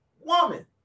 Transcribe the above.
woman